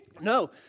No